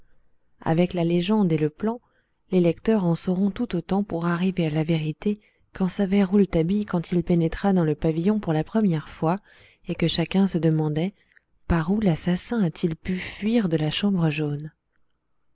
avec la légende et le plan les lecteurs en sauront tout autant pour arriver à la vérité qu'en savait rouletabille quand il pénétra dans le pavillon pour la première fois et que chacun se demandait par où l'assassin a-t-il pu fuir de la chambre jaune